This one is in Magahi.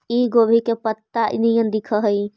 इ गोभी के पतत्ता निअन दिखऽ हइ